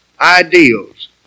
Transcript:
ideals